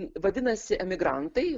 vadinasi emigrantai